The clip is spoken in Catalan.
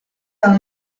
del